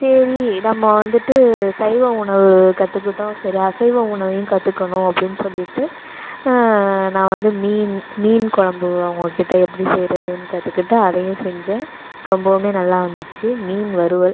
சரி நம்ம வந்துட்டு சைவ உணவு கற்றூக்கிட்டோம் சரி அசைவ உணவையும் கற்றுக்கணும் அப்படின்னு சொல்லிவிட்டு நான் வந்து மீன் மீன் குழம்பு அவங்க கிட்ட எப்படி செய்றதுன்னு கற்றுக்கிட்டு அதையே செஞ்சேன் ரொம்பவும் நல்லா வந்துச்சு மீன் வறுவல்